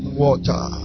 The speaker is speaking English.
water